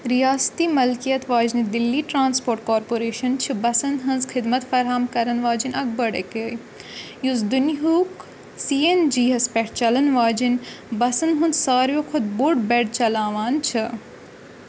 رِیاستی مِلکِیَت واجنہِ دِلّی ٹرٛانسپوٹ كارپوریشَن چھِ بَسَن ہٕنٛز خِدمَت فراہم کَرن واجیٚنۍ اَکھ بٔڑ یُس دُنِہُک سی اٮ۪ن جی ہَس پٮ۪ٹھ چَلَن واجیٚنۍ بَسَن ہُنٛد ساروِیو كھۄتہٕ بوٚڑ بٮ۪ڈ چلاوان چھِ